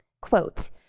Quote